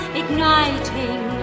igniting